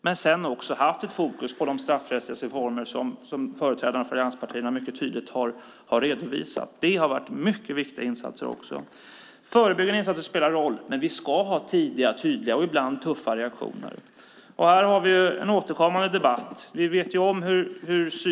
Men man har också haft fokus på de straffrättsreformer som företrädarna för allianspartierna mycket tydligt har redovisat. Det har varit mycket viktiga insatser. Förebyggande insatser spelar roll. Men vi ska ha tidiga, tydliga och ibland tuffa reaktioner. Här har vi en återkommande debatt.